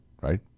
Right